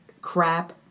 crap